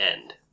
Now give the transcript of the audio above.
end